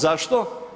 Zašto?